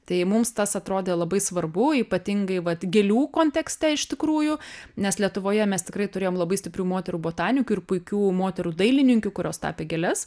tai mums tas atrodė labai svarbu ypatingai vat gėlių kontekste iš tikrųjų nes lietuvoje mes tikrai turėjom labai stiprių moterų botanikių ir puikių moterų dailininkių kurios tapė gėles